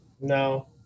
No